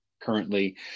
currently